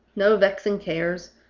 no vexing cares,